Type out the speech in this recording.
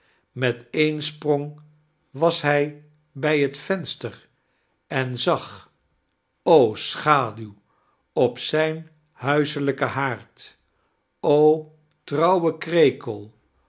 met een sprong was hij bij het venster en zag schaduw op zijn huiselijken haard o trouwe krekel